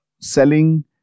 selling